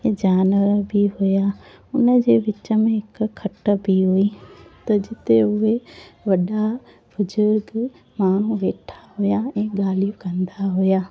ऐं जानवर बि हुया उनजे विच में हिक खटि बि हुई त जिते उहे वॾा बुजुर्ग माण्हू वेठा हुया ऐं ॻाल्हियूं कंदा हुया